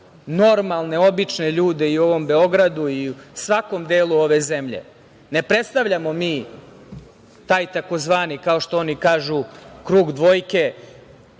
normalne, obične ljude i u ovom Beogradu i u svakom delu ove zemlje, ne predstavljamo mi taj tzv. kao što oni kažu „krug dvojke“